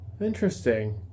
Interesting